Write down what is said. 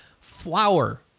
Flower